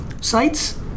sites